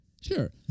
sure